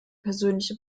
persönliche